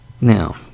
Now